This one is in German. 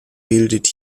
bildet